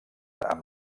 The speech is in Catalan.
amb